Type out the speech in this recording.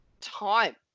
time